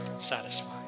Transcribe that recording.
satisfied